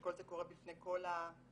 שכל זה קורה בפני כל המתרחצים